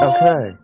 Okay